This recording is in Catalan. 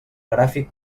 gràfic